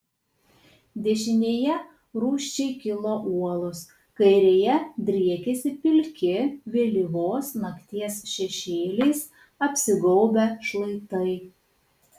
dešinėje rūsčiai kilo uolos kairėje driekėsi pilki vėlyvos nakties šešėliais apsigaubę šlaitai